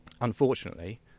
unfortunately